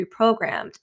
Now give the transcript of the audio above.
reprogrammed